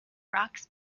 rocks